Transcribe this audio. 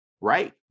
right